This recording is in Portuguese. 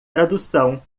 tradução